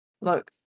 Look